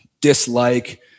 dislike